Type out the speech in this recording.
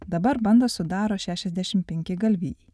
dabar bandą sudaro šešiasdešimt penki galvijai